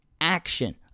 action